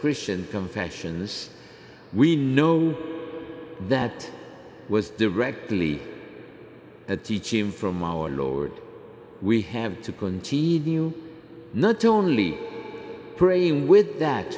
christian confessions we know that was directly that teach him from our lord we have to continue not only praying with that